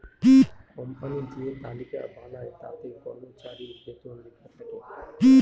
company যে তালিকা বানায় তাতে কর্মচারীর বেতন লেখা থাকে